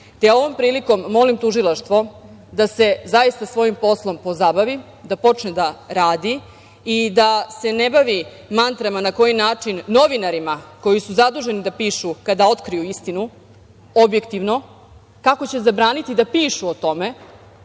te ovom prilikom molim tužilaštvo da se zaista svojim poslom pozabavi, da počne da radi i da se na bavi mantrama na koji način novinarima koji su zaduženi da pišu kada otkriju istinu objektivno, kako će zabraniti da pišu o tome,